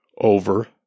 over